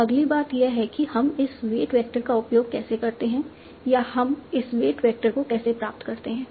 तो अगली बात यह है कि हम इस वेट वेक्टर का उपयोग कैसे करते हैं या हम इस वेट वेक्टर को कैसे प्राप्त करते हैं